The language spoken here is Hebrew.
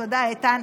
תודה, איתן.